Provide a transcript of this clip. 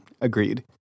Agreed